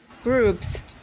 groups